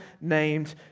named